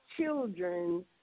children